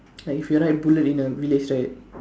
like if you ride bullet in a weight lift right